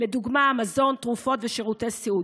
לדוגמה מזון, תרופות ושירותי סיעוד.